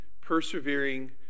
persevering